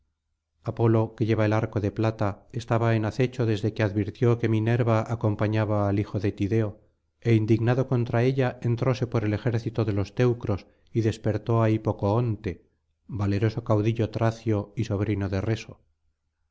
apolo que lleva arco de plata estaba en acecho desde que advirtió que minerva acompañaba al hijo de tideo é indignado contra ella entróse por el ejército de los teucros y despertó á hipocoonte valeroso caudillo tracio y sobrino de reso